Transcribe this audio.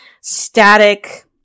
static